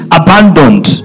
abandoned